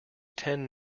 ten